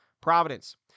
Providence